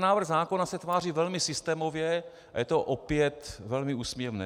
Návrh zákona se tváří velmi systémově a je to opět velmi úsměvné.